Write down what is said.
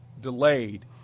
delayed